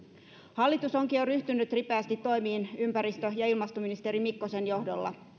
hallitus onkin jo ryhtynyt ripeästi toimiin ympäristö ja ilmastoministeri mikkosen johdolla